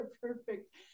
perfect